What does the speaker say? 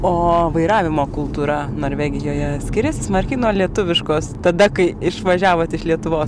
o vairavimo kultūra norvegijoje skiriasi smarkiai nuo lietuviškos tada kai išvažiavot iš lietuvos